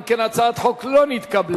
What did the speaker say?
אם כן, הצעת החוק לא נתקבלה.